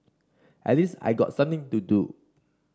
at least I got something to do